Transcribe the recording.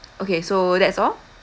okay so that's all